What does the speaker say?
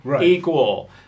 equal